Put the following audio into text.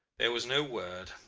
there was no word,